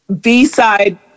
B-side